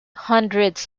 hundreds